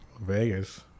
Vegas